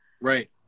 right